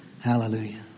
Hallelujah